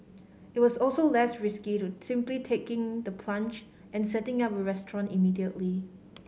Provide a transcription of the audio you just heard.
it was also less risky to simply taking the plunge and setting up a restaurant immediately